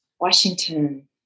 Washington